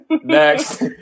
Next